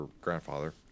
grandfather